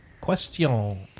Question